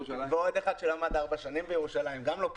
ועוד אחד שלמד ארבע שנים בירושלים, גם לא פשוט.